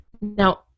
now